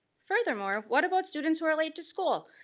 furthermore, what about students who are late to school?